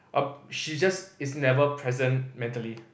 uh she just is never present mentally